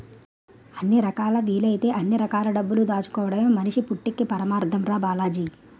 ఎన్ని రకాలా వీలైతే అన్ని రకాల డబ్బులు దాచుకోడమే మనిషి పుట్టక్కి పరమాద్దం రా బాలాజీ